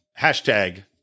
Hashtag